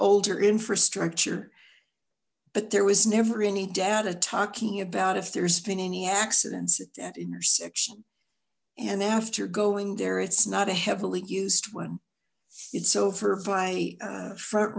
older infrastructure but there was never any data talking about if there's been any accidents at that intersection and after going there it's not a heavily used one it's over by front